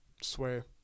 Swear